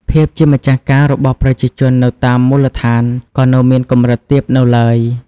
ភាពជាម្ចាស់ការរបស់ប្រជាជននៅតាមមូលដ្ឋានក៏នៅមានកម្រិតទាបនៅឡើយ។